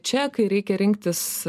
čia kai reikia rinktis